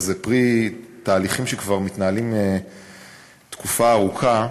וזה פרי תהליכים שכבר מתנהלים תקופה ארוכה,